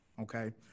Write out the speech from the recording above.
Okay